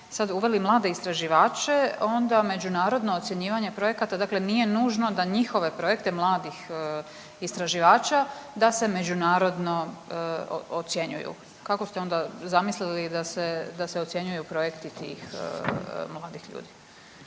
sad uveli mlade istraživače, onda međunarodno ocjenjivanje projekata, dakle nije nužno da njihove projekte mladih istraživača da se međunarodno ocjenjuju. Kako ste onda zamislili da se ocjenjuju projekti tih mladih ljudi?